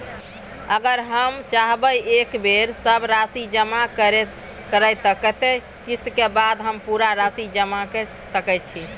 अगर हम चाहबे एक बेर सब राशि जमा करे त कत्ते किस्त के बाद हम पूरा राशि जमा के सके छि?